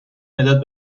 مداد